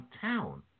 town